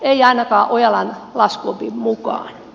ei ainakaan ojalan laskuopin mukaan